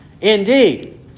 Indeed